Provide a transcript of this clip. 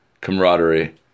camaraderie